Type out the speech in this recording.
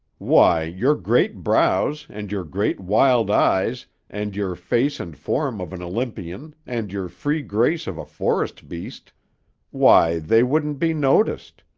why, your great brows and your great, wild eyes and your face and form of an olympian and your free grace of a forest beast why, they wouldn't be noticed.